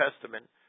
Testament